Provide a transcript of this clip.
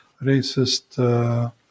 racist